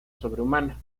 sobrehumana